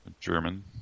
German